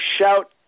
shout